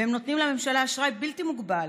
והם נותנים לממשלה אשראי בלתי מוגבל